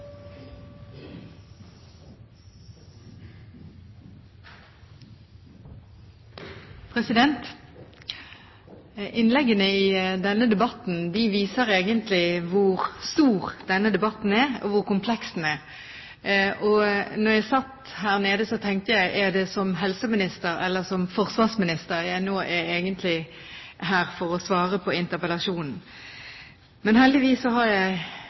videre. Innleggene i denne debatten viser egentlig hvor stor debatten er, og hvor kompleks den er. Da jeg satt der nede, tenkte jeg: Er det som helseminister eller som forsvarsminister jeg nå egentlig er her for å svare på interpellasjonen? Heldigvis har jeg